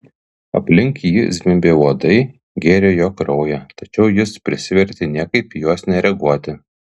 aplink jį zvimbė uodai gėrė jo kraują tačiau jis prisivertė niekaip į juos nereaguoti